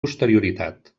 posterioritat